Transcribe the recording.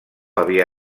havia